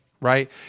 Right